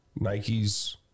Nikes